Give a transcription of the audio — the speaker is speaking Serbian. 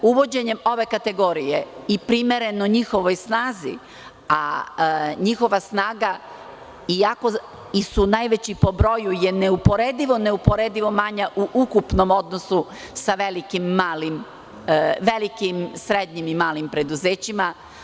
Uvođenjem ove kategorije i primereno njihovoj snazi, a njihova snaga su iako najveći po broju je neuporedivo manja u ukupnom odnosu sa velikim i srednjim i malim preduzećima.